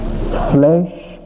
Flesh